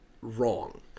wrong